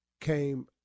came